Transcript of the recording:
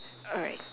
alright